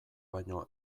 baino